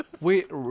Wait